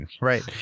right